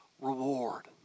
reward